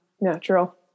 natural